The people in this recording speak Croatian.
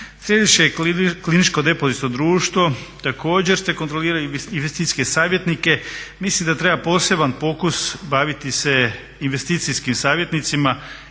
se ne razumije./… društvo također se kontrolira investicijske savjetnike. Mislim da treba poseban fokus baviti se investicijskim savjetnicima